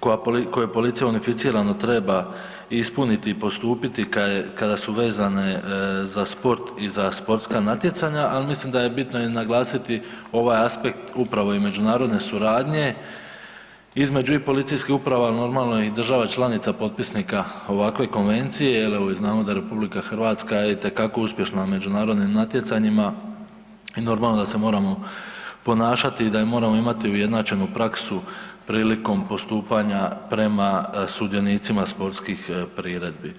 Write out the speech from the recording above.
koja, koje policija unificirano treba ispuniti i postupiti kad je, kada su vezane za sport i za sportska natjecanja, al mislim da je bitno i naglasiti ovaj aspekt upravo i međunarodne suradnje između i policijskih uprava normalno i država članica potpisnika ovakve konvencije jel, evo i znamo da RH je itekako uspješna na međunarodnim natjecanjima i normalno da se moramo ponašati i da moramo imati ujednačenu praksu prilikom postupanja prema sudionicima sportskih priredbi.